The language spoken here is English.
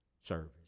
service